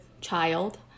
child